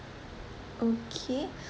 okay